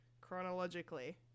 chronologically